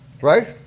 Right